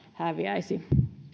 häviäisivät